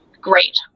great